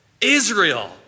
Israel